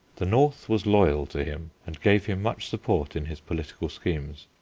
the north was loyal to him and gave him much support in his political schemes.